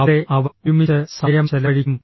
അവിടെ അവർ ഒരുമിച്ച് സമയം ചെലവഴിക്കും